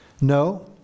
No